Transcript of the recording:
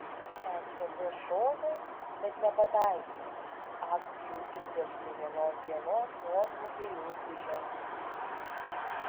ecb šovė bet nepataikė akcijų indeksų vienos dienos nuosmukiai jau dviženkliai